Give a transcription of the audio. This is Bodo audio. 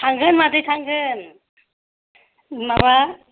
थांगोन मादै थांगोन माबा